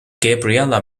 gabriela